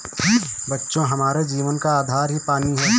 बच्चों हमारे जीवन का आधार ही पानी हैं